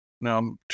Now